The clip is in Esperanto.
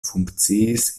funkciis